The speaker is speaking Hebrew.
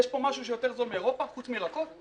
יש פה משהו יותר זול מאירופה חוץ מהירקות?